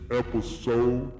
episode